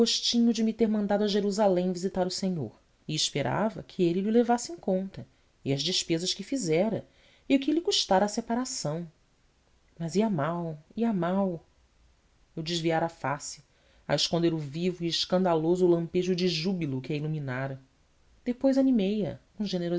de me ter mandado a jerusalém visitar o senhor e esperava que ele lho levasse em conta e as despesas que fizera e o que lhe custara a separação mas ia mal ia mal eu desviara a face a esconder o vivo e escandaloso lampejo de júbilo que a iluminara depois animei a com